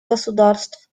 государств